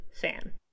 fan